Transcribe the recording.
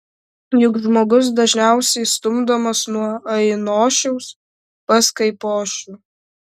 juk žmogus dažniausiai stumdomas nuo ainošiaus pas kaipošių